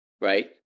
right